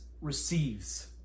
receives